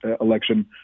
election